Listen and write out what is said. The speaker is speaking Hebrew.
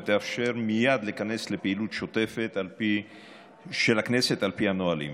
ותאפשר מייד להיכנס לפעילות שוטפת של הכנסת על פי הנהלים.